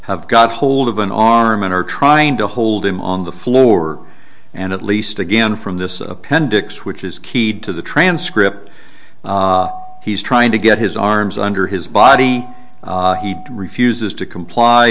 have got hold of an arm and are trying to hold him on the floor and at least again from this appendix which is keyed to the transcript he's trying to get his arms under his body he refuses to comply